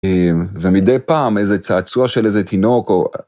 ומדי פעם איזה צעצוע של איזה תינוק, או...